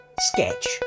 Sketch